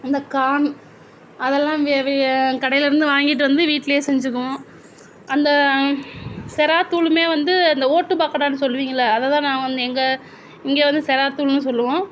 அந்த கார்ன் அதெல்லாம் கடையில இருந்து வாங்கிகிட்டு வந்து வீட்லையே செஞ்சுக்குவோம் அந்த சிராத்தூளுமே வந்து அந்த ஓட்டு பக்கோடான்னு சொல்லுவீங்களே அதை தான் நான் வந்து எங்கள் இங்கே வந்து செராத்தூள்ன்னு சொல்லுவோம்